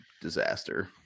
disaster